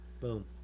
boom